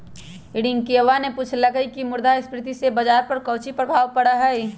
रियंकवा ने पूछल कई की मुद्रास्फीति से बाजार पर काउची प्रभाव पड़ा हई?